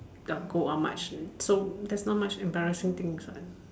go out much so there's not much embarrassing things one